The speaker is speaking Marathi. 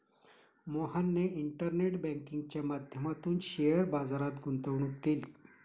मोहनने इंटरनेट बँकिंगच्या माध्यमातून शेअर बाजारात गुंतवणूक केली